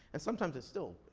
and sometimes it's still,